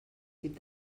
tip